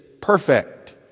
perfect